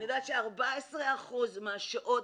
אני יודעת ש-14% מהשוהות